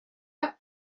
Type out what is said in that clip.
eta